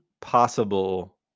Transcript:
possible